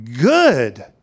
good